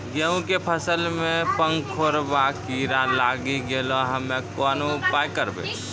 गेहूँ के फसल मे पंखोरवा कीड़ा लागी गैलै हम्मे कोन उपाय करबै?